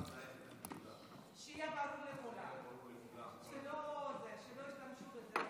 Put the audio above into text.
שיהיה ברור לכולם, שלא ישתמשו בזה.